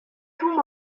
tout